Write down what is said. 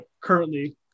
currently